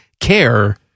Care